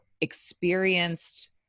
experienced